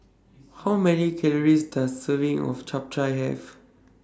How Many Calories Does Serving of Chap Chai Have